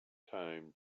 time